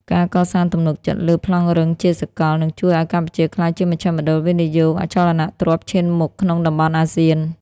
ការកសាងទំនុកចិត្តលើ "ប្លង់រឹង" ជាសកល នឹងជួយឱ្យកម្ពុជាក្លាយជាមជ្ឈមណ្ឌលវិនិយោគអចលនទ្រព្យឈានមុខក្នុងតំបន់អាស៊ាន។